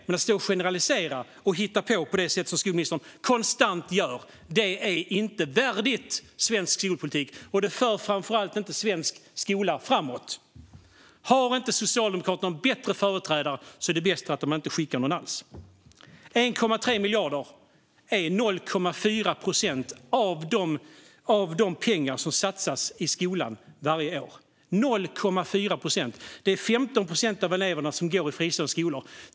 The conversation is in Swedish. Men att stå och generalisera och hitta på på det sätt som skolministern konstant gör är inte värdigt svensk skolpolitik, och det för framför allt inte svensk skola framåt. Har inte Socialdemokraterna någon bättre företrädare är det bäst att de inte skickar någon alls. Summan 1,3 miljarder är 0,4 procent av de pengar som satsas i skolan varje år - 0,4 procent! Det är 15 procent av eleverna som går i fristående skolor.